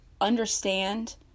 understand